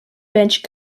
bench